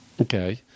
Okay